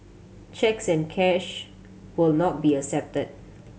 cheques and cash will not be accepted